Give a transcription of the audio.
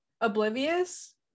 oblivious